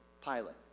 pilot